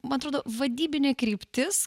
man atrodo vadybinė kryptis